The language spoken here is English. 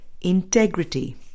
Integrity